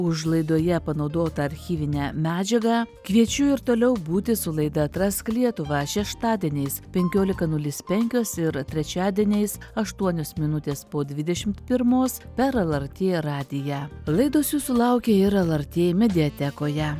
už laidoje panaudotą archyvinę medžiagą kviečiu ir toliau būti su laida atrask lietuvą šeštadieniais penkiolika nulis penkios ir trečiadieniais aštuonios minutės po dvidešimt pirmos per lrt radiją laidos jūsų laukia ir lrt mediatekoje